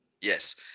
Yes